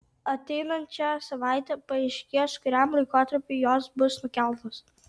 ateinančią savaitę paaiškės kuriam laikotarpiui jos bus nukeltos